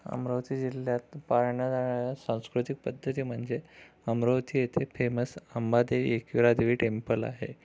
अमरावती जिल्ह्यात पाळणा जाणाऱ्या सांस्कृतिक पध्दती म्हणजे अमरावती येथील फेमस अंबादेवी एकविरादेवी टेंपल आहे